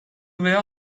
veya